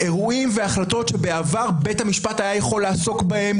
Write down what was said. אירועים והחלטות שבעבר בית המשפט היה יכול לעסוק בהם,